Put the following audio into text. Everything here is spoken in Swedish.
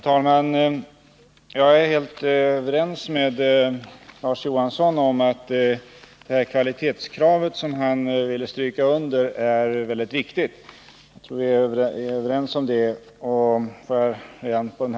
Herr talman! Larz Johansson ville stryka under kvalitetskravet i samband med lärlingsutbildningen, och jag är helt överens med honom om att detta är mycket viktigt.